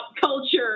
culture